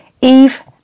Eve